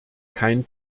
kein